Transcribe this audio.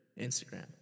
instagram